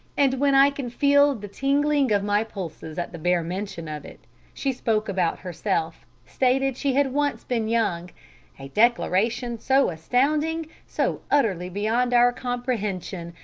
and when i can feel the tingling of my pulses at the bare mention of it she spoke about herself, stated she had once been young a declaration so astounding, so utterly beyond our comprehension,